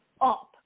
up